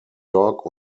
dog